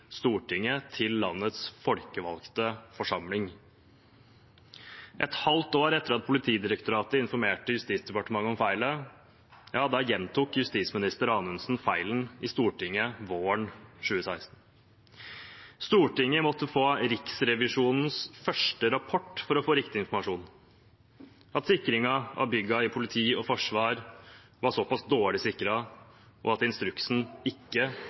Stortinget, til landets folkevalgte forsamling. Et halvt år etter at Politidirektoratet informerte Justisdepartementet om feilen, gjentok justisminister Amundsen feilen i Stortinget, våren 2016. Stortinget måtte få Riksrevisjonens første rapport for å få riktig informasjon – at byggene i politi og forsvar var såpass dårlig sikret, og at instruksen ikke